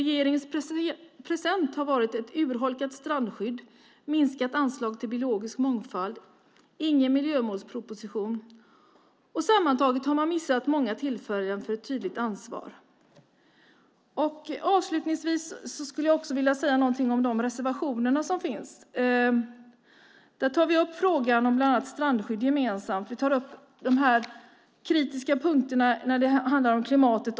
Regeringens present har varit ett urholkat strandskydd, minskat anslag till biologisk mångfald och ingen miljömålsproposition. Sammantaget har man missat många tillfällen till ett tydligt ansvar. Avslutningsvis vill jag också säga någonting om de reservationer som finns. Vi tar bland annat gemensamt upp frågan om strandskydd och de kritiska punkter för klimatet när det handlar om flyg och sjöfart.